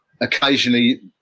occasionally